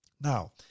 Now